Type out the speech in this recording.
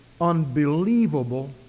unbelievable